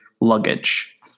luggage